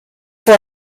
for